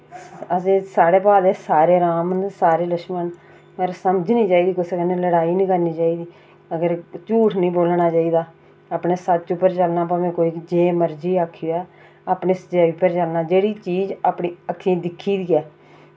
साढ़े भाऐं दे सारे राम न सारे लक्ष्मण न पर समझनी चाहिदी कुसै कन्नै लड़ाई निं करनी चाहिदी अगर झूठ निं बोलना चाहिदा अपने सच्च पर गै चलना अगर कोई जे मर्ज़ी आक्खी आ अपनी सच्चाई पर चलना जेह्ड़ी चीज़ अक्खीं दिक्खी दी ऐ